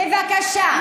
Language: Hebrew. בבקשה,